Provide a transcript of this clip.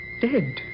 dead